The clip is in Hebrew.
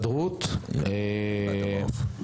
בהסתדרות המעו"ף?